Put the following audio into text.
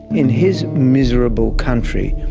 in his miserable country,